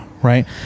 Right